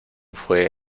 fue